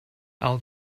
i’ll